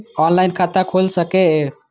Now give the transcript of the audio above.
Online खाता खुल सके ये?